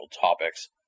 topics